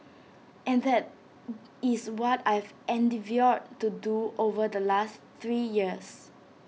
and that is what I've endeavoured to do over the last three years